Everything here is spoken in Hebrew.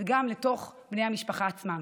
וגם לתוך בני המשפחה עצמם.